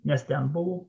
nes ten buvo